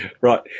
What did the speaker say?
Right